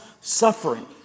suffering